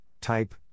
Type